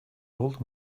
old